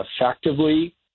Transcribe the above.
effectively